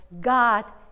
God